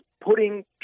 putting